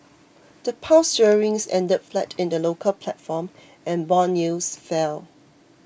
the Pound sterling ended flat in the local platform and bond yields fell